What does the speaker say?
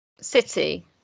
City